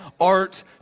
art